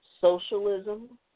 socialism